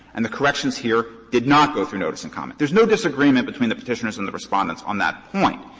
and the corrections here did not go through notice and comment. there's no disagreement between the petitioners and the respondents on that point.